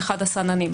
כללית: